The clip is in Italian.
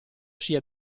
sia